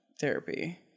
therapy